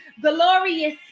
glorious